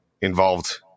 involved